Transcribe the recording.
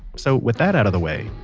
so, with that out of the way.